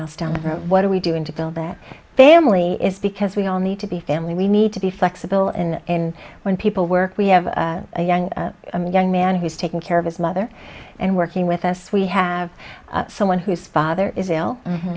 else down the road what are we doing to build that family is because we all need to be family we need to be flexible in when people work we have a young young man who's taking care of his mother and working with us we have someone whose father is ill